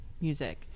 music